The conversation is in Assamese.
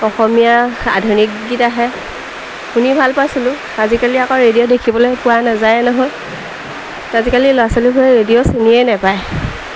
অসমীয়া আধুনিক গীত আহে শুনি ভাল পাইছিলোঁ আজিকালি আকৌ ৰেডিঅ' দেখিবলৈ পোৱা নাযায় নহয় আজিকালি ল'ৰা ছোৱালীবোৰে ৰেডিঅ' চিনিয়ে নাপায়